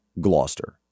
Gloucester